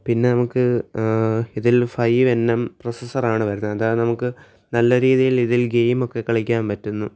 പിന്നെ നമുക്ക് ഇതിൽ ഫൈവ് എൻ എം പ്രോസസ്സറാണ് വരുന്നത് അതായത് നമുക്ക് നല്ല രീതിയിൽ ഇതിൽ ഗെയിമൊക്കെ കളിക്കാൻ പറ്റുന്നു